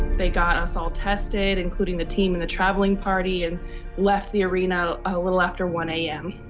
they got us all tested, including the team and the traveling party, and left the arena a little after one a m.